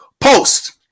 Post